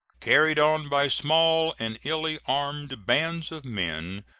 carried on by small and illy armed bands of men,